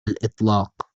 الإطلاق